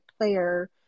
player